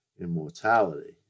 immortality